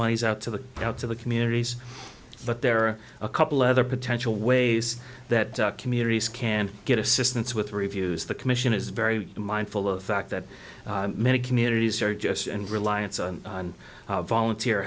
monies out to the south to the communities but there are a couple other potential ways that communities can get assistance with reviews the commission is very mindful of the fact that many communities are just and reliance on volunteer